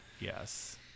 yes